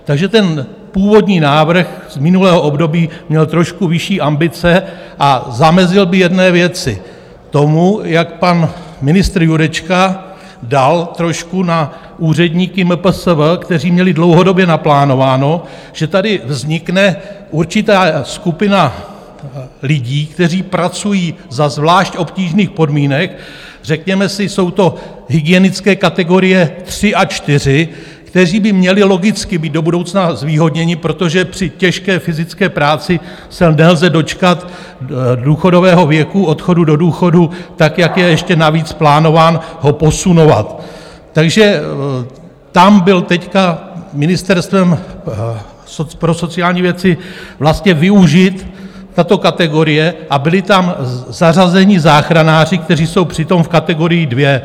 Takže ten původní návrh z minulého období měl trošku vyšší ambice a zamezil by jedné věci: tomu, jak pan ministr Jurečka dal trošku na úředníky MPSV, kteří měli dlouhodobě naplánováno, že tady vznikne určitá skupina lidí, kteří pracují za zvlášť obtížných podmínek, řekněme si, jsou to hygienické kategorie III a IV, kteří by měli logicky být do budoucna zvýhodněni, protože při těžké fyzické práci se nelze dočkat důchodového věku, odchodu do důchodu tak, jak je ještě navíc plánován ho posunovat, takže tam byla teď ministerstvem pro sociální věci vlastně využita tato kategorie a byli tam zařazeni záchranáři, kteří jsou přitom v kategorii II.